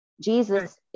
Jesus